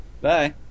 Bye